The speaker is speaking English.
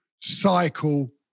cycle